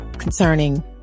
concerning